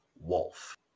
Wolf